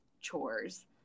chores